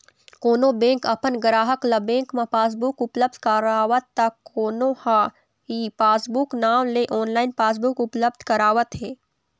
कोनो बेंक अपन गराहक ल बेंक म पासबुक उपलब्ध करावत त कोनो ह ई पासबूक नांव ले ऑनलाइन पासबुक उपलब्ध करावत हे